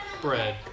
bread